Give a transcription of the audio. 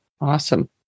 Awesome